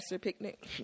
picnic